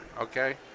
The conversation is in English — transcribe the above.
okay